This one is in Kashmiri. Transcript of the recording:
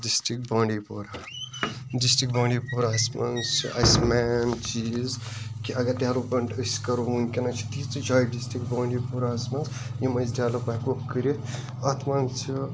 ڈِسٹرک بانٛڈی پورہ ڈِسٹرک بانٛڈی پوراہَس مَنٛز چھِ اَسہِ مین چیٖز کہِ اگر ڈیٚولپمٮ۪نٛٹ أسۍ کَرو وُنکٮ۪نس چھِ تیٖژٕ جایہِ ڈِسٹرک بانٛڈی پوراہَس مَنٛز یم أسۍ ڈیٚولَپ ہیٚکو کٔرِتھ اَتھ مَنٛز چھِ